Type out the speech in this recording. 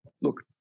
look